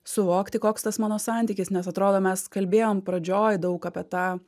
suvokti koks tas mano santykis nes atrodo mes kalbėjom pradžioj daug apie tą